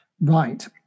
Right